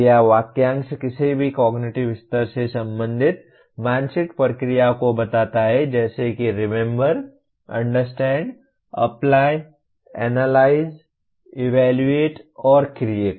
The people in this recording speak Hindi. क्रिया वाक्यांश किसी भी कॉग्निटिव स्तर से संबंधित मानसिक प्रक्रिया को बताता है जैसे कि remember understand apply analyse evaluate और क्रिएट